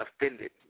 offended